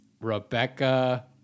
Rebecca